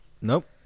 Nope